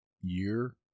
year